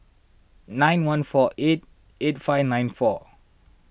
nine one four eight eight five nine four